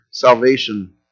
salvation